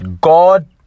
God